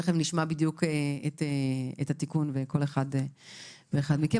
תכף נשמע בדיוק את התיקון ואת כל אחד ואחד מכם,